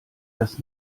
das